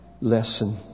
lesson